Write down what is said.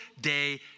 day